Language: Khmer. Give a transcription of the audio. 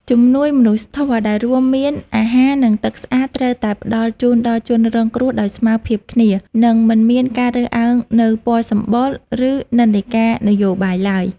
ជំនួយមនុស្សធម៌ដែលរួមមានអាហារ និងទឹកស្អាតត្រូវតែផ្តល់ជូនដល់ជនរងគ្រោះដោយស្មើភាពគ្នា និងមិនមានការរើសអើងនូវពណ៌សម្បុរ ឬនិន្នាការនយោបាយឡើយ។